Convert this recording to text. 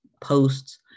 posts